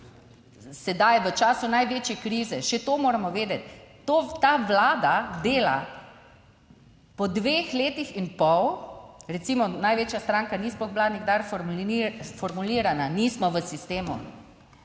sedaj v času največje krize, še to moramo vedeti, to ta Vlada dela po dveh letih in pol recimo največja stranka ni sploh bila nikdar formulirana, nismo v sistemu,